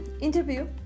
interview